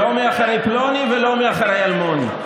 לא מאחורי פלוני ולא מאחורי אלמוני.